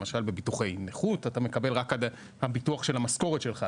למשל בביטוחי נכות אתה מקבל רק עד הביטוח של המשכורת שלך,